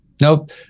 Nope